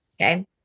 Okay